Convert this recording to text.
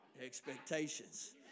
Expectations